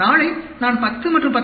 நாளை நான் 10 மற்றும் 10